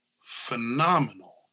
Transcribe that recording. phenomenal